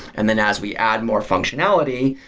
and then as we add more functionality,